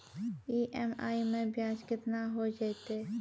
EMI मैं ब्याज केतना हो जयतै?